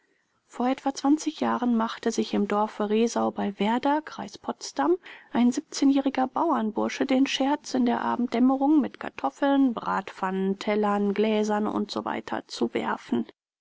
vor etwa jahren machte sich im dorfe resau bei werder kreis potsdam ein siebzehnjähriger bauernbursche den scherz in der abenddämmerung mit kartoffeln bratpfannen tellern gläsern usw zu werfen